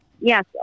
Yes